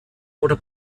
oder